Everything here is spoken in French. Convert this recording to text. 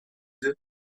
deux